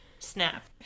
Snap